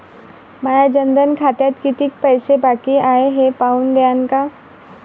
माया जनधन खात्यात कितीक पैसे बाकी हाय हे पाहून द्यान का?